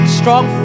strong